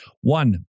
One